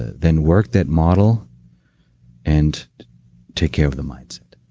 then work that model and take care of the mindset.